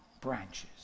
branches